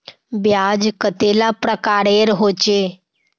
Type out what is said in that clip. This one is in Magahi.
ब्याज कतेला प्रकारेर होचे?